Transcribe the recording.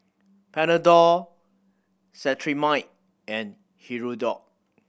Panadol Cetrimide and Hirudoid